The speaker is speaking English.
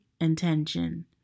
intention